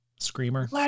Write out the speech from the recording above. screamer